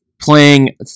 playing